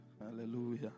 Hallelujah